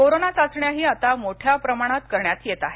corona चाचण्याही आता मोठ्या प्रमाणात करण्यात येत आहेत